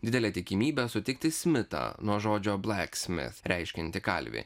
didelė tikimybė sutikti smitą nuo žodžio bleksmit reiškiantį kalvį